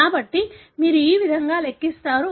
కాబట్టి మీరు ఈ విధంగా లెక్కిస్తారు